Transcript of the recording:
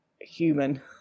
human